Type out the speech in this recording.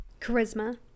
Charisma